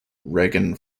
reagan